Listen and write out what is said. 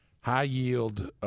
high-yield